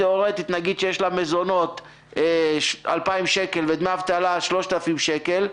תיאורטית נגיד שיש לה מזונות בסך 2,000 שקל ודמי אבטלה בסך 3,000 שקל,